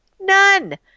none